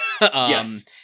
Yes